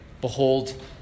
Behold